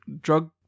drug